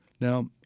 Now